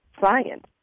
science